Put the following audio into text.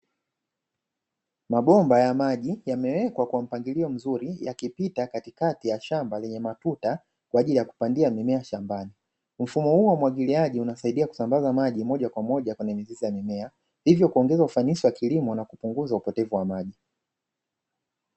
Mabomba ya maji yamewekwa kwa mpangilio mzuri yakipita katikati ya shamba lenye matuta kwa ajili ya kupandia mimea shambani, mfumo huu wa umwagiliaji unasaidia kusambaza maji moja kwa moja kwenye mzizi ya mimea, hivyo kuongeza ufanisi wa kilimo na kupunguza upotevu wa maji.